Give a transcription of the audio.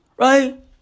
Right